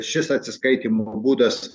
šis atsiskaitymo būdas